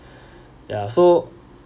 ya so